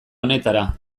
honetara